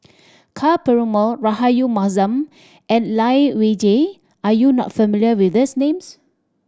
Ka Perumal Rahayu Mahzam and Lai Weijie are you not familiar with these names